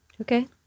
Okay